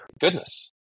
Goodness